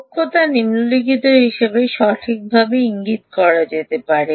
দক্ষতা নিম্নলিখিত হিসাবে সঠিকভাবে ইঙ্গিত করা যেতে পারে